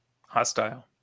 hostile